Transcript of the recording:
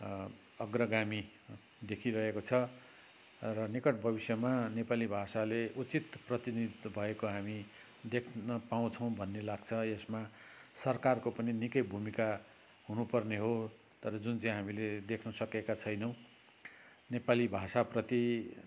अग्रगामी देखिइरहेको छ र निकट भविष्यमा नेपाली भाषाले उचित प्रतिनिधित्व पाएको हामी देख्न पाउँछौँ भन्ने लाग्छ यसमा सरकारको पनि निकै भूमिका हुनुपर्ने हो तर जुन चाहिँ हामीले देख्नसकेका छैनौँ नेपाली भाषाप्रति